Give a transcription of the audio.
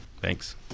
thanks